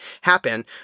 happen